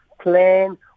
plan